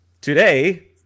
Today